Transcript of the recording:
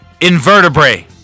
Invertebrate